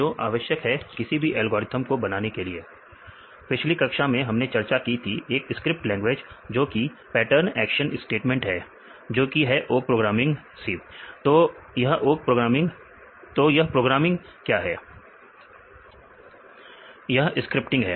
यह स्क्रिप्टिंग है